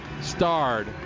starred